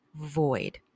void